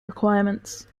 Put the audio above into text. requirements